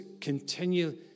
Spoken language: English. continue